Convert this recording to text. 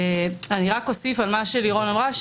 אני אוסיף על מה שלירון אמרה,